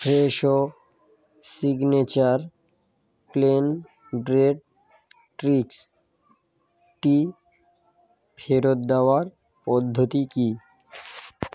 Fresho signature plain drip tricks টি ফেরত দেওয়ার পদ্ধতি কি